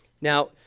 Now